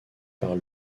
par